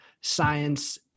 science